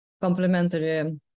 complementary